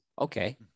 okay